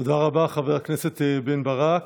תודה רבה, חבר הכנסת בן ברק.